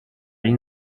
این